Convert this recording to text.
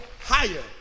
higher